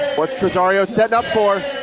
what's trissario setting up for?